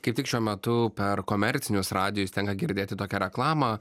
kaip tik šiuo metu per komercinius radijus tenka girdėti tokią reklamą